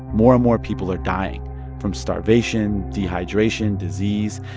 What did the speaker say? more and more people are dying from starvation, dehydration, disease.